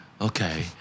Okay